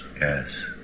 Yes